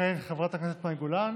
תכהן חברת הכנסת מאי גולן,